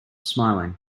smiling